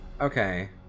Okay